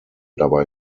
dabei